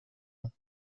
ans